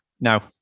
no